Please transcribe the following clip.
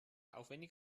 aufwendig